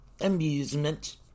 amusement